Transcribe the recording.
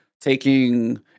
taking